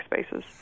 spaces